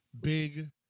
big